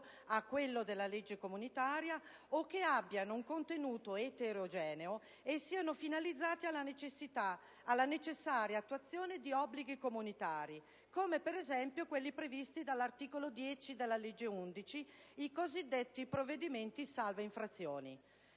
a quello della legge comunitaria o che abbiano un contenuto eterogeneo e siano finalizzati alla necessaria attuazione di obblighi comunitari, come per esempio quelli previsti dall'articolo 10 della legge n. 11, del 2005 i cosiddetti provvedimenti salva-infrazioni.